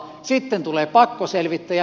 sitten tulee pakkoselvittäjä